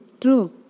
true